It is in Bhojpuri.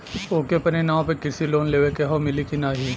ओके अपने नाव पे कृषि लोन लेवे के हव मिली की ना ही?